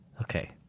Okay